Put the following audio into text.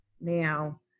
now